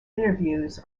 interviews